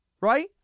Right